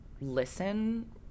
listen